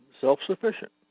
self-sufficient